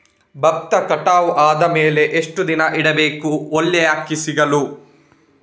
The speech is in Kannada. ಭತ್ತ ಕಟಾವು ಆದಮೇಲೆ ಎಷ್ಟು ದಿನ ಇಡಬೇಕು ಒಳ್ಳೆಯ ಅಕ್ಕಿ ಸಿಗಲು?